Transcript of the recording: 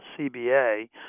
CBA